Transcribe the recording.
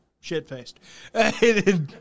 shit-faced